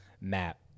map